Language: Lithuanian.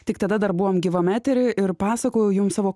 tik tada dar buvome gyvam etery ir pasakojau jums savo